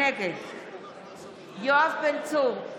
נגד יואב בן צור,